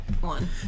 one